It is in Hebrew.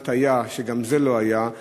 כמעט היה שגם זה לא היה,